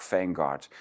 Vanguard